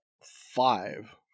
five